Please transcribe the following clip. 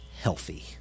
healthy